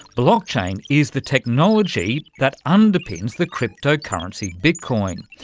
blockchain is the technology that underpins the crypto-currency bitcoin.